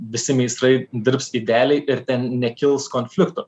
visi meistrai dirbs idealiai ir ten nekils konfliktų